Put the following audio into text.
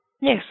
Yes